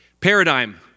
paradigm